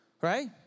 right